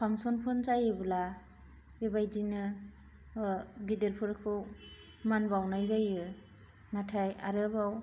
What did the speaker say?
फांसनफोर जायोब्ला बेबायदिनो गिदिरफोरखौ मानबाउनाय जायो नाथाय आरोबाव